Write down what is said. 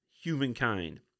humankind